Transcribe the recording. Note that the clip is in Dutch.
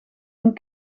een